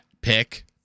pick